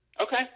Okay